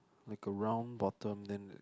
like a round bottom then